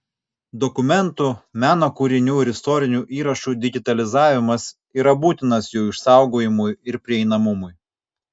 dokumentų meno kūrinių ir istorinių įrašų digitalizavimas yra būtinas jų išsaugojimui ir prieinamumui